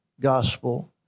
gospel